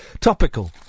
Topical